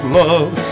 love